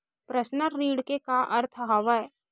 Personal ऋण के का अर्थ हवय?